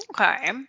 Okay